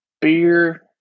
beer